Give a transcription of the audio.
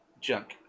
junk